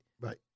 Right